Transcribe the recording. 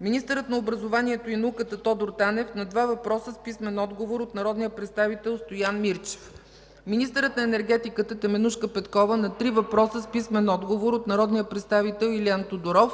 министърът на образованието и науката Тодор Танев – на два въпроса с писмен отговор от народния представител Стоян Мирчев; - министърът на енергетиката Теменужка Петкова – на три въпроса с писмен отговор от народния представител Илиан Тодоров,